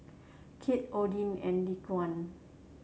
Kieth Odie and Dequan